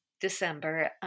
December